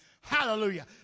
Hallelujah